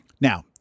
Now